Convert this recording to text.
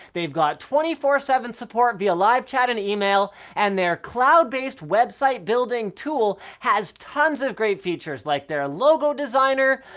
they've got twenty four seven support via live chat and e-mail, and their cloud-based website building tool has tons of great features like their logo designer,